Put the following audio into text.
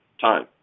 time